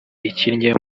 ikinnye